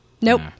Nope